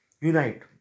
unite